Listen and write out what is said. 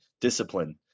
Discipline